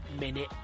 minute